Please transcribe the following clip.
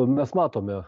mes matome